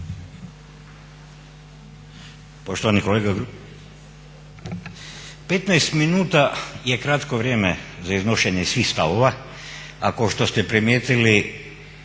15 minuta je kratko vrijeme za iznošenje svih stavova, a kao što ste primijetili